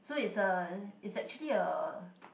so it's a it's actually a